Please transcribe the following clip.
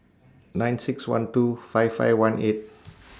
nine six one two five five one eight